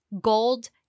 gold